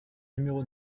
numéro